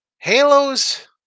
Halos